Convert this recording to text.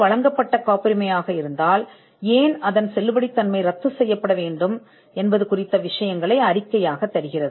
வழங்கப்பட்ட காப்புரிமை இருந்தால் அது ஏன் செல்லுபடியாகாது